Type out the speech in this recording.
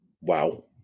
Wow